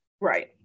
Right